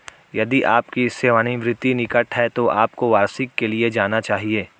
यदि आपकी सेवानिवृत्ति निकट है तो आपको वार्षिकी के लिए जाना चाहिए